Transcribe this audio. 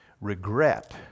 regret